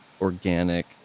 organic